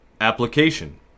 Application